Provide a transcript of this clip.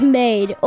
made